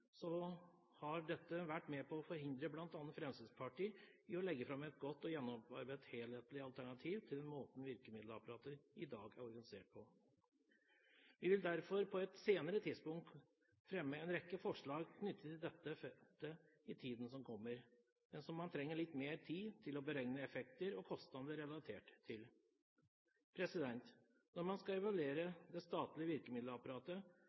så dette har vært med på å forhindre bl.a. Fremskrittspartiet i å legge fram et godt og gjennomarbeidet helhetlig alternativ til den måten virkemiddelapparatet i dag er organisert på. Vi vil derfor på et senere tidspunkt fremme en rekke forslag knyttet til dette feltet i tiden som kommer, men som man trenger litt mer tid til å beregne effekter og kostnader relatert til. Når man skal evaluere det statlige virkemiddelapparatet,